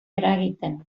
eragiten